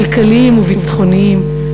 כלכליים וביטחוניים,